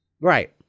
Right